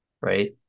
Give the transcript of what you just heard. right